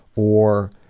or